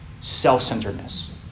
self-centeredness